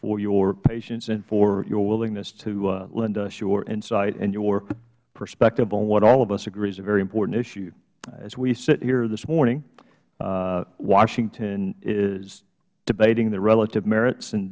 for your patience and for your willingness to lend us your insight and your perspective on what all of us agree is a very important issue as we sit here this morning washington is debating the relative merits and